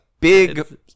big